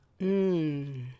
Mmm